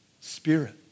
spirit